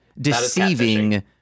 deceiving